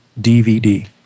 DVD